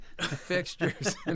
fixtures